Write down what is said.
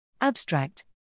Abstract